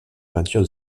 peinture